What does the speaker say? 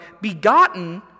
begotten